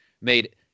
made